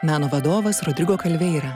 meno vadovas rodrigo kalveira